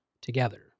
together